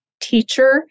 teacher